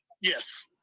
Yes